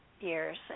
years